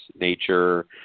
nature